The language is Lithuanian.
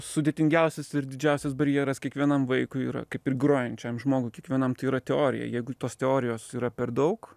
sudėtingiausias ir didžiausias barjeras kiekvienam vaikui yra kaip ir grojančiam žmogui kiekvienam yra teorija jeigu tos teorijos yra per daug